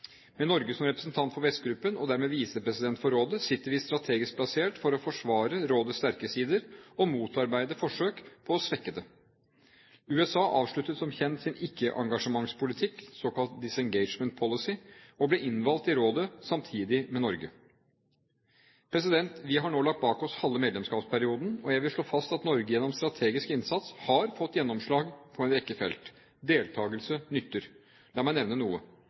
Med Norge som representant for Vestgruppen, og dermed visepresident for rådet, sitter vi strategisk plassert for å forsvare rådets sterke sider og motarbeide forsøk på å svekke det. USA avsluttet som kjent sin ikke-engasjementspolitikk, den såkalte «disengagement policy», og ble innvalgt i rådet samtidig med Norge. Vi har nå lagt bak oss halve medlemskapsperioden, og jeg vil slå fast at Norge gjennom strategisk innsats har fått gjennomslag på en rekke felt. Deltakelse nytter. La meg nevne noe: